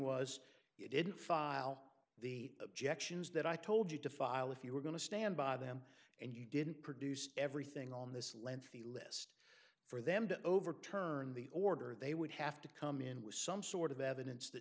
was you didn't file the objections that i told you to file if you were going to stand by them and you didn't produce everything on this lengthy list for them to overturn the order they would have to come in with some sort of evidence that